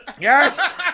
Yes